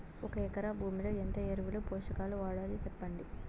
ఒక ఎకరా భూమిలో ఎంత ఎరువులు, పోషకాలు వాడాలి సెప్పండి?